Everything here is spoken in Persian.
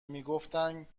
میگفتند